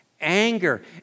anger